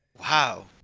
Wow